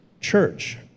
church